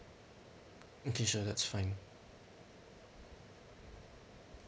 okay sure that's fine